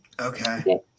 Okay